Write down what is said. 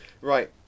right